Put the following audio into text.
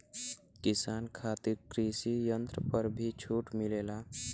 किसान खातिर कृषि यंत्र पर भी छूट मिलेला?